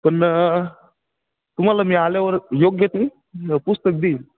पण तुम्हाला मी आल्यावर योग्य ते पुस्तक देईन